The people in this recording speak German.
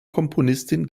komponistin